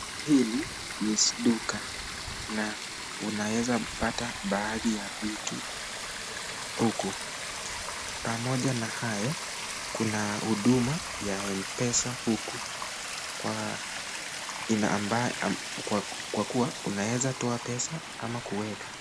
Hili ni duka na unaweza pata baadhi ya vitu huku. Pamoja na hayo kuna huduma ya Mpesa huku kwa ina ambayo kwakuwa unaweza toa pesa ama Kuweka.